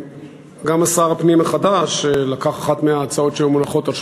גם שר הפנים החדש לקח אחת מההצעות שהיו מוכנות על שולחנו,